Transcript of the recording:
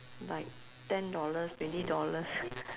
like ten dollars twenty dollars